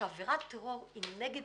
שעבירת טרור היא נגד